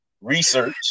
research